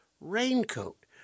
raincoat